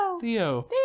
Theo